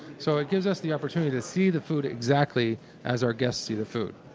so it gives us the opportunity to see the food exactly as our guests see the food.